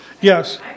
Yes